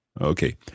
Okay